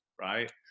right